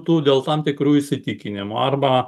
tu dėl tam tikrų įsitikinimų arba